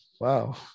Wow